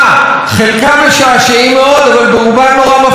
חלקם משעשעים מאוד, אבל רובם נורא מפחידים.